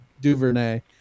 Duvernay